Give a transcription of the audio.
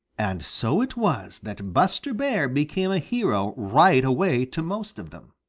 and so it was that buster bear became a hero right away to most of them.